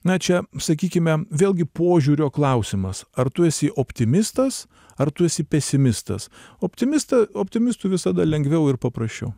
na čia sakykime vėlgi požiūrio klausimas ar tu esi optimistas ar tu esi pesimistas optimista optimistu visada lengviau ir paprasčiau